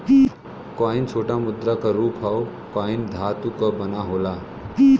coin छोटा मुद्रा क रूप हौ कॉइन धातु क बना होला